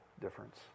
difference